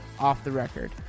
OFFTHERECORD